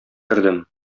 кердем